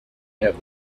have